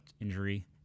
injury